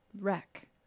wreck